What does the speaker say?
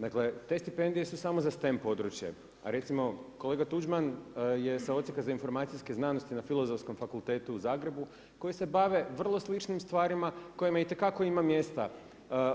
Dakle te stipendije su samo za stem područje a recimo kolega Tuđman je sa Odsjeka za informacijske znanosti na Filozofskom fakultetu u Zagrebu koji se bave vrlo sličnim stvarima kojima itekako ima mjesta